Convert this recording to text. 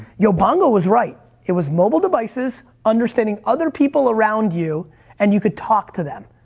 yobongo was right, it was mobile devices understanding other people around you and you could talk to them.